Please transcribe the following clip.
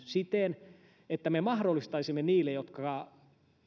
siten että me mahdollistaisimme niille jotka